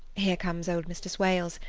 here comes old mr. swales.